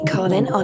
Colin